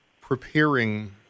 preparing